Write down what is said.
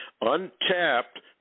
untapped